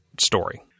story